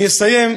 אני אסיים,